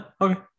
Okay